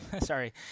sorry